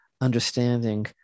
understanding